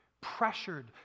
pressured